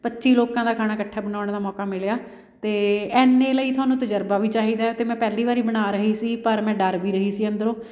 ਪੱਚੀ ਲੋਕਾਂ ਦਾ ਖਾਣਾ ਇਕੱਠਾ ਬਣਾਉਣ ਦਾ ਮੌਕਾ ਮਿਲਿਆ ਅਤੇ ਐਨੇ ਲਈ ਤੁਹਾਨੂੰ ਤਜ਼ਰਬਾ ਵੀ ਚਾਹੀਦਾ ਅਤੇ ਮੈਂ ਪਹਿਲੀ ਵਾਰੀ ਬਣਾ ਰਹੀ ਸੀ ਪਰ ਮੈਂ ਡਰ ਵੀ ਰਹੀ ਸੀ ਅੰਦਰੋਂ